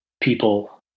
people